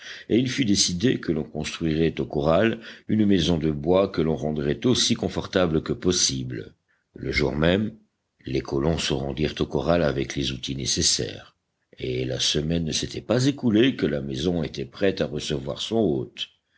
et il fut décidé que l'on construirait au corral une maison de bois que l'on rendrait aussi confortable que possible le jour même les colons se rendirent au corral avec les outils nécessaires et la semaine ne s'était pas écoulée que la maison était prête à recevoir son hôte